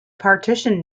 partition